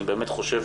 אני באמת חושב